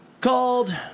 Called